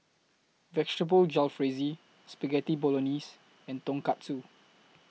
Vegetable Jalfrezi Spaghetti Bolognese and Tonkatsu